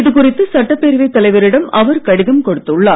இது குறித்து சட்டப்பேரவைத் தலைவரிடம் அவர் கடிதம் கொடுத்துள்ளார்